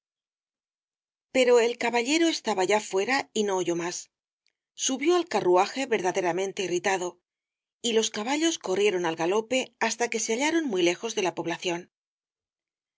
pero el caballero estaba ya fuera y no oyó más subió al carruaje verdaderamente irritado y los caballos corrieron al galope hasta que se hallaron muy lejos de la población